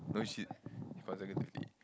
no she consecutively